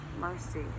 mercy